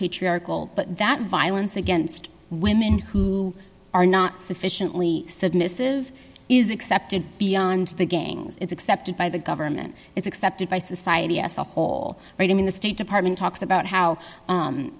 patriarchal but that violence against women who are not sufficiently submissive is accepted beyond the gangs it's accepted by the government it's accepted by society as a whole right i mean the state department talks about how